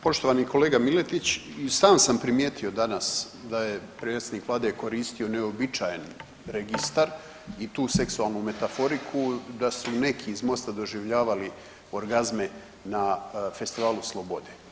Poštovani kolega Miletić, i sam sam primijetio danas da je predsjednik vlade koristio neuobičajen registar i tu seksualnu metaforiku da su neki iz MOST-a doživljavali orgazme na Festivalu slobode.